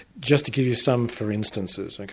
just to give you some for instances. like